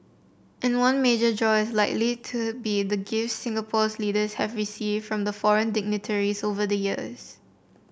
and one major draw is likely to be the gifts Singapore's leaders have received from foreign dignitaries over the years